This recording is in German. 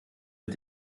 mit